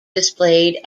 displayed